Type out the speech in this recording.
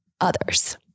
others